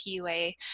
PUA